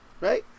right